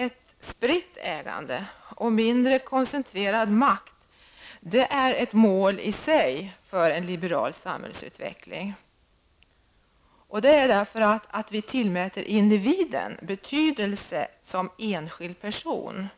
Ett spritt ägande och mindre koncentrerad makt är ett mål i sig för en liberal samhällsutveckling. Vi tillmäter individen betydelse som enskild person,